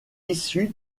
issu